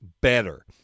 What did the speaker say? better